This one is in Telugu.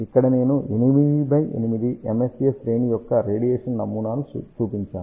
ఇక్కడ నేను 8 x 8 MSA శ్రేణి యొక్క రేడియేషన్ నమూనాను చూపించాను